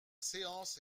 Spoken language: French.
séance